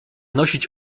nosić